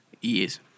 Yes